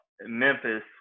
Memphis